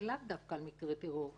ולאו דווקא על מקרי טרור,